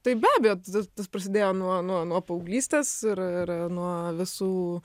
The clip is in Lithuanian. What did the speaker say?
tai be abejo tas prasidėjo nuo nuo nuo paauglystės ir ir nuo visų